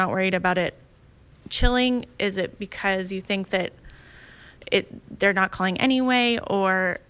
not worried about it chilling is it because you think that it they're not calling anyway or